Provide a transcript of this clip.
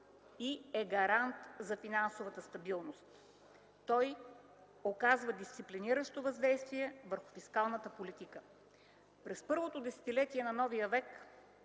и е гарант за финансовата стабилност. Той оказва дисциплиниращо въздействие върху фискалната политика. През първото десетилетие на новия век